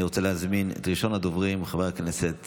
אני רוצה להזמין את ראשון הדוברים, חבר הכנסת